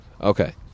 Okay